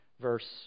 verse